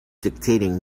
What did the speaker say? dictating